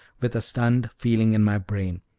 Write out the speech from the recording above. with a stunned feeling in my brain,